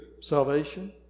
salvation